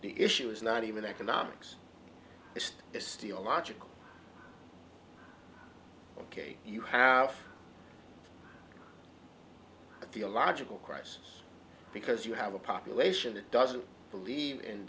the issue is not even economics it is still a logical ok you have a theological crisis because you have a population that doesn't believe in